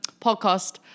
podcast